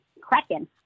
cracking